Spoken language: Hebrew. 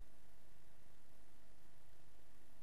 אתה